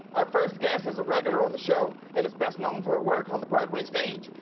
first guest is a regular on the show and is best known for her work on the broadway stage.